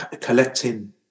collecting